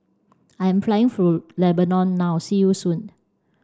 I'm flying for Lebanon now see you soon